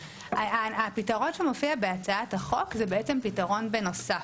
הפתרון שמופיע בהצעת החוק זה בעצם פתרון בנוסף.